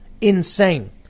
Insane